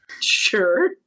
Sure